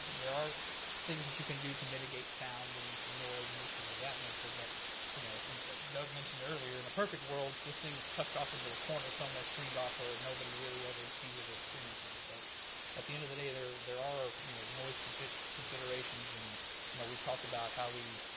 there are things that you can do to mitigate sound and noise and issues of that nature. but you know and doug mentioned earlier, in a perfect world, this thing is tucked off into a corner somewhere screened off where nobody really ever sees it or experiences it. but at the end of the day there there are you know noise considerations and you know we've talked about how we,